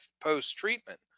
post-treatment